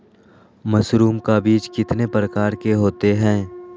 Mushroom का बीज कितने प्रकार के होते है?